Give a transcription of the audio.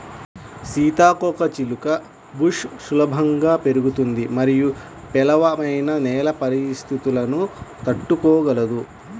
సీతాకోకచిలుక బుష్ సులభంగా పెరుగుతుంది మరియు పేలవమైన నేల పరిస్థితులను తట్టుకోగలదు